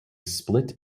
split